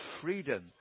freedom